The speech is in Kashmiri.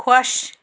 خۄش